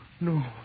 No